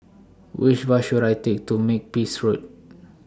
Which Bus should I Take to Makepeace Road